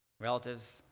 relatives